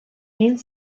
payne